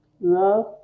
Love